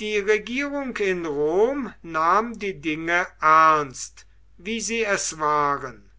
die regierung in rom nahm die dinge ernst wie sie es waren